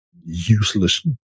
useless